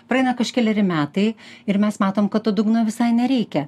praeina kažkeleri metai ir mes matom kad to dugno visai nereikia